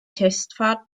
testfahrt